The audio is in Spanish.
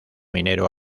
minero